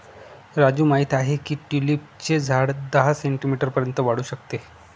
राजू माहित आहे की ट्यूलिपचे झाड दहा सेंटीमीटर पर्यंत वाढू शकते